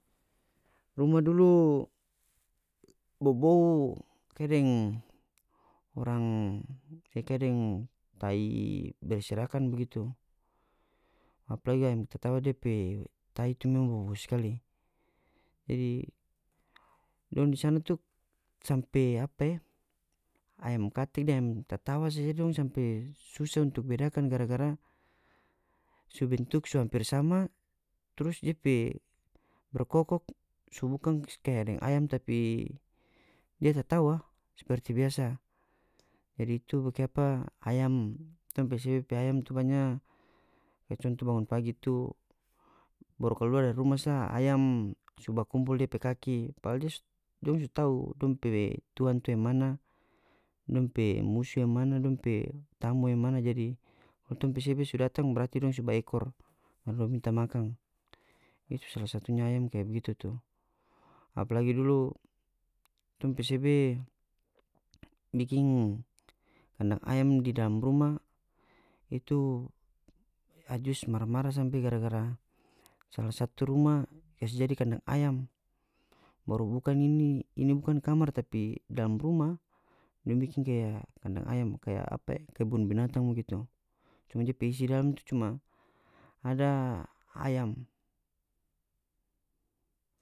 Rumah dulu bobou kaya deng orang kaya kaya deng tai berserakan begitu apalagi ayam tatawa dia pe tai tu memang bobou skali jadi dong di sana tu sampe apa e ayam katek deng ayam tatawa saja dong sampe susah untuk bedakan gara-gara su bentuk so amper sama trus dia pe berkokok su bukan kaya deng ayam tapi dia tatawa seperti biasa jadi itu bikapa ayam tong pe sebe pe ayam tu banya kaya contoh bangun pagi itu baru kaluar dari rumah sa ayam so bakumpul depe kaki padahal dia dong so tau dong pe tuang tu yang mana dong pe musuh yang mana dong pe tamu yang mana jadi kalu tong pe sebe so datang berati dong so ba ekor baru dong minta makan itu salah satunya ayam kaya bagitu tu apalagi dulu tong pe sebe biking kandang ayam di dalam rumah itu ajus marah-marah sampe gara-gara salah satu rumah kas jadi kandang ayam baru bukan ini ini bukan kamar tapi dalam rumah dong bikin kaya kandang ayam kaya apa e kebun binatang begitu cuma dia pe isi dalam tu cuma ada ayam.